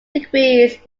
degrees